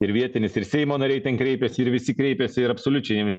ir vietinis ir seimo nariai ten kreipėsi ir visi kreipėsi ir absoliučiai